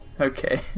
Okay